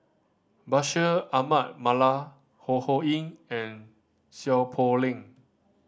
Bashir Ahmad Mallal Ho Ho Ying and Seow Poh Leng